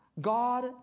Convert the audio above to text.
God